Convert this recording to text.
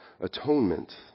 atonement